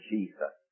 Jesus